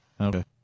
Okay